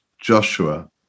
Joshua